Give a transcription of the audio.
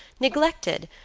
neglected,